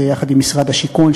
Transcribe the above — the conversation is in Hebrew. זה יחד עם משרד השיכון,